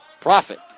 Profit